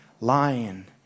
lion